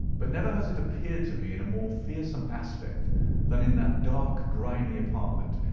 but never has it appeared to me in a more fearsome aspect than in that dark grimy apartment,